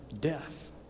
death